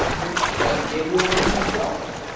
then hey, maybe you'll land in shell code,